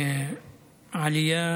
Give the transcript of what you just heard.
עלייה